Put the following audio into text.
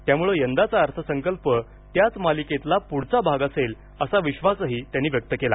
त्यामुळे यंदाचा अर्थसंकल्प त्याच मालिकेतला पुढचा भाग असेल असा विश्वासही त्यांनी व्यक्त केला